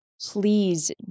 please